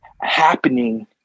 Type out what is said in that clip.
happening